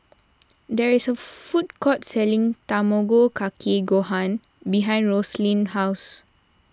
there is a food court selling Tamago Kake Gohan behind Rosaline's house